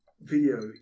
video